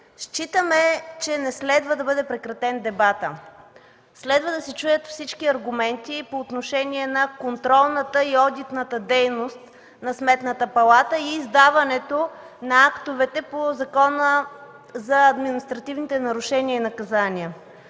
Считаме, че не следва да бъде прекратен дебатът. Следва да се чуят всички аргументи по отношение на контролната и одитната дейност на Сметната палата и издаването на актовете по Закона за административните нарушения и наказания.